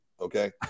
okay